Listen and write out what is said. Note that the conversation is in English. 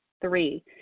Three